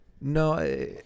No